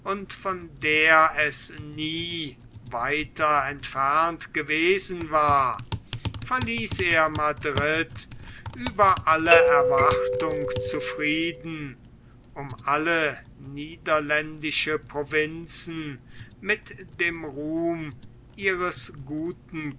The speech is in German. von der er nie weiter entfernt gewesen war verließ er madrid über alle erwartung zufrieden um alle niederländischen provinzen mit dem ruhm ihres guten